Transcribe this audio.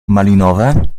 malinowe